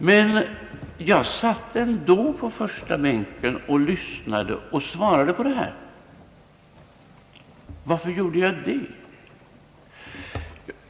Men jag satt ändå på första bänken och lyssnade — och svarade. Varför gjorde jag det?